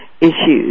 issues